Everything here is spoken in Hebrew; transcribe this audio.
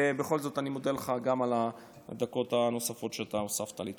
ובכל זאת אני מודה לך גם על הדקות הנוספות שאתה הוספת לי.